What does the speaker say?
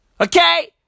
okay